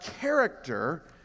character